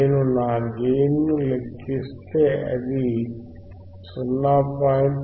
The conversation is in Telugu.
నేను నా గెయిన్ ను లెక్కిస్తే అది 0